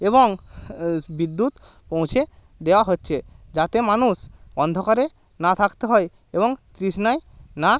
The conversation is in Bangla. এবং বিদ্যুৎ পৌঁছে দেয়া হচ্ছে যাতে মানুষ অন্ধকারে না থাকতে হয় এবং তৃষ্ণায় না